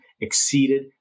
exceeded